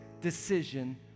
decision